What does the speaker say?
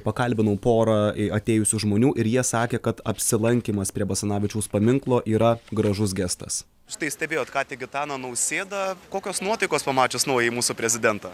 pakalbinau porą į atėjusių žmonių ir jie sakė kad apsilankymas prie basanavičiaus paminklo yra gražus gestas štai stebėjot kąkit gitaną nausėdą kokios nuotaikos pamačius naująjį mūsų prezidentą